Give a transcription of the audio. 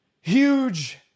huge